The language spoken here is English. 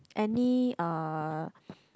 any uh